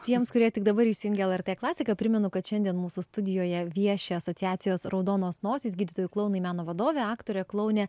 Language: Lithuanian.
tiems kurie tik dabar įsijungė lrt klasiką primenu kad šiandien mūsų studijoje vieši asociacijos raudonos nosys gydytojai klounai meno vadovė aktorė klounė